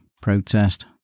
Protest